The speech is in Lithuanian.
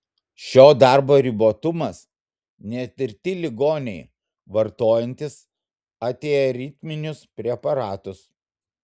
šio darbo ribotumas netirti ligoniai vartojantys antiaritminius preparatus